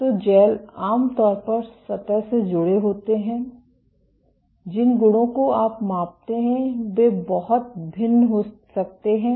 तो जैल आम तौर पर सतह से जुड़े होते हैं जिन गुणों को आप मापते हैं वे बहुत भिन्न हो सकते हैं